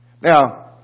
Now